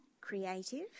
creative